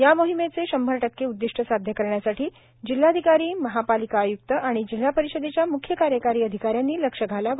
या मोहिमेचे शंभर टक्के उद्दिष्ट साध्य करण्यासाठी जिल्हाधिकारी महापालिका आयुक्त आणि जिल्हापरिषदेच्या म्ख्य कार्यकारी अधिकाऱ्यांनी लक्ष घालावे